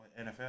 NFL